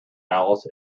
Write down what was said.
alice